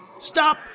Stop